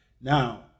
Now